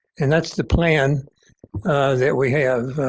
and that's the plan that we have.